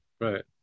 Right